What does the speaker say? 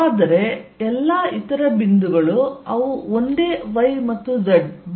ಆದರೆ ಎಲ್ಲಾ ಇತರ ಬಿಂದುಗಳು ಅವು ಒಂದೇ y ಮತ್ತು z bc ಅನ್ನು ಹೊಂದಿವೆ